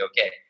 okay